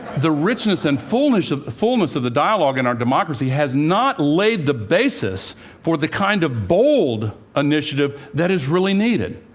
the richness and fullness of fullness of the dialogue in our democracy has not laid the basis for the kind of bold initiative that is really needed.